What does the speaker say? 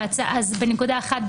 בנקודה אחת,